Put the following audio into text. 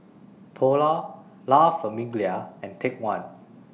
Polar La Famiglia and Take one